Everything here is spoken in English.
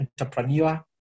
entrepreneur